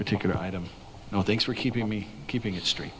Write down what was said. particular item and thanks for keeping me keeping history